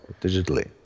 digitally